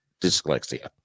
dyslexia